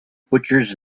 butchers